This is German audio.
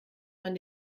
man